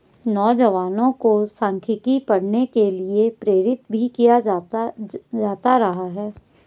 नौजवानों को सांख्यिकी पढ़ने के लिये प्रेरित भी किया जाता रहा है